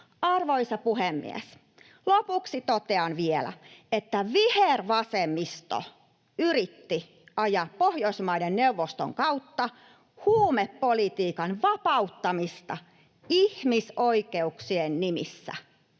Arvoisa puhemies! Lopuksi totean vielä, että vihervasemmisto yritti ajaa Pohjoismaiden neuvoston kautta huumepolitiikan vapauttamista ihmisoikeuksien nimissä.